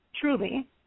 truly